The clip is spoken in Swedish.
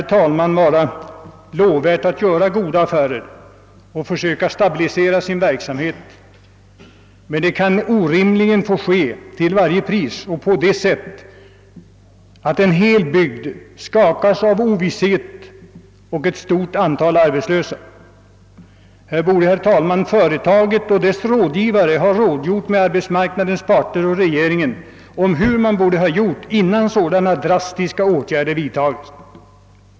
Det kan vara lovvärt att göra goda affärer och försöka stabilisera sin verksamhet, men det kan inte rimligen få ske till varje pris och på det sättet att en hel bygd skakas av ovisshet och ett stort antal människor blir arbetslösa. Här borde företaget och dess rådgivare ha rådgjort med arbetsmarknadens parter och regeringen om hur man borde förfara, innan så drastiska åtgärder vidtogs.